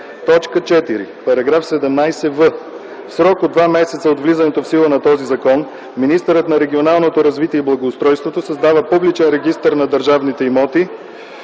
4. „§ 17в. В срок от два месеца от влизането в сила на този закон министърът на регионалното развитие и благоустройството създава публичен регистър на държавните имоти,